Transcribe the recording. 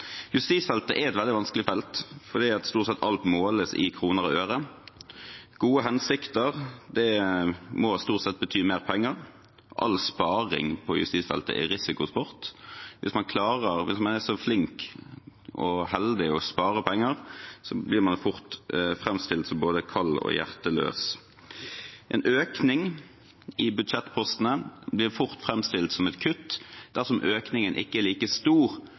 Justisfeltet er et veldig vanskelig felt fordi stort sett alt måles i kroner og øre. Gode hensikter må stort sett bety mer penger, og all sparing på justisfeltet er risikosport. Hvis man er så flink og heldig å spare penger, blir man fort framstilt som både kald og hjerteløs. En økning i budsjettpostene blir fort framstilt som et kutt dersom økningen ikke er like stor